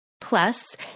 Plus